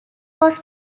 was